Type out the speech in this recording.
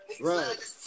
Right